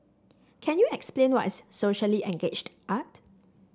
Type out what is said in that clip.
can you explain what is socially engaged art